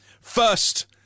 first